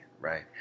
right